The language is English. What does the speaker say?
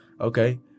Okay